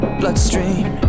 bloodstream